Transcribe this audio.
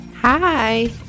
Hi